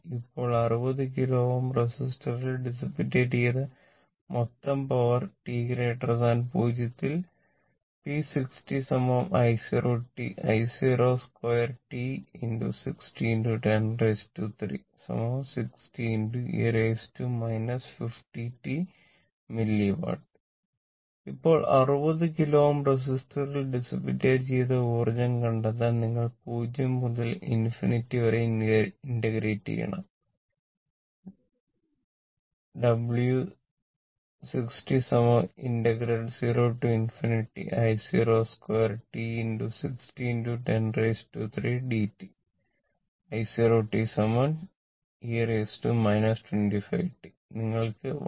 ഇപ്പോൾ 60 കിലോ Ω റെസിസ്റ്ററിൽ ഡിസിപിറ്റേറ്റ് ചെയ്ത മൊത്തം പവർ t 0 ഇൽ P60 i02 60103 60 e 50t milliwatt ഇപ്പോൾ 60 കിലോ Ω റെസിസ്റ്ററിൽ ഡിസിപിറ്റേറ്റ് ചെയ്ത ഊർജ്ജം കണ്ടത്താൻ നിങ്ങൾ 0 മുതൽ ∞ വരെ ഇന്റഗ്രേറ്റ് ചെയ്യണം W60 0i02 60103 dt i0 e 25t നിങ്ങൾക്ക് 1